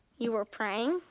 you were praying?